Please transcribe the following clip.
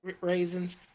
Raisins